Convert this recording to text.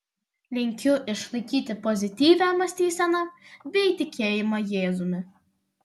linkiu išlaikyti pozityvią mąstyseną bei tikėjimą jėzumi